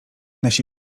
nasi